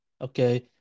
Okay